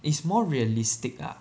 it's more realistic lah